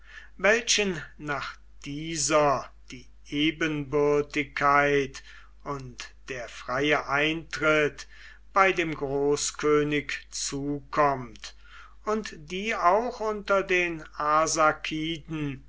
welchen nach dieser die ebenbürtigkeit und der freie eintritt bei dem großkönig zukommt und die auch unter den